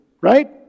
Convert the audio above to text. right